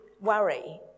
worry